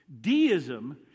deism